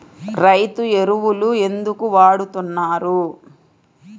రైతు ఎరువులు ఎందుకు వాడుతున్నారు?